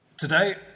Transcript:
Today